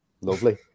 Lovely